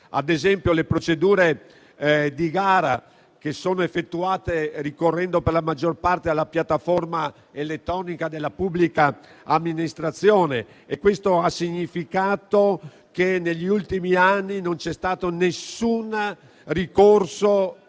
Ad esempio, le procedure di gara sono effettuate ricorrendo per la maggior parte alla piattaforma elettronica della pubblica amministrazione e questo ha significato che negli ultimi anni non c'è stato alcun ricorso e alcun